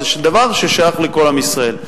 זה דבר ששייך לכל עם ישראל,